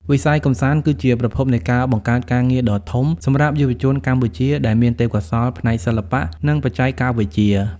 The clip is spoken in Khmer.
វិស័យកម្សាន្តគឺជាប្រភពនៃការបង្កើតការងារដ៏ធំសម្រាប់យុវជនកម្ពុជា ដែលមានទេពកោសល្យផ្នែកសិល្បៈ និងបច្ចេកវិទ្យា។